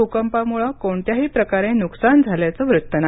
भूकंपामुळे कोणत्याही प्रकारे नुकसान झाल्याचं वृत्त नाही